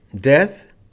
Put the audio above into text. Death